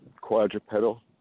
quadrupedal